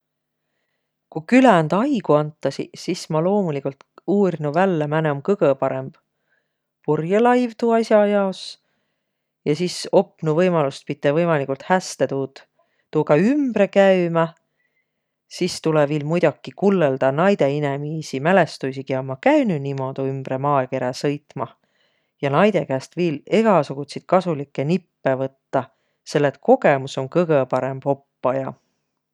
Ku küländ aigu antasiq, sis ma loomuligult uurnuq vällä, määne om kõgõ parõmb purjõlaiv tuu as'a jaos ja sis opnuq võimalust pite võimaligult häste tuud, tuuga ümbre käümä. Sis tulõ viil muidoki kullõldaq naidõ inemiisi mälestüisi, kiä ommaq käünüq niimuudu ümbre maakerä sõitmah ja naidõ käest viil egäsugutsit kasulikkõ nippe võttaq, selle et kogõmus om kõgõ parõmb oppaja.